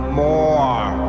more